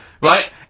Right